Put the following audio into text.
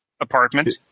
apartment